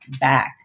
back